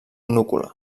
núcula